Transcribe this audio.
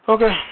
Okay